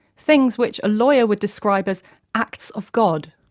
things, which a lawyer would describe as acts of god.